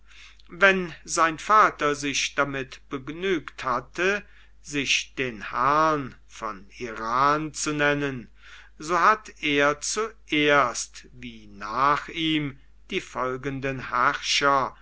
wenn sein vater sich damit begnügt hatte sich den herrn von iran zu nennen so hat er zuerst wie nach ihm die folgenden herrscher